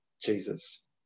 Jesus